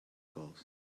caused